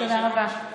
תודה רבה.